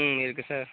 ம் இருக்குது சார்